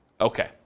Okay